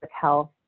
health